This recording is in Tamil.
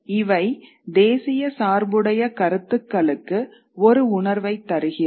இவை தேசிய சார்புடைய கருத்துக்களுக்கு ஒரு உணர்வைத் தருகிறது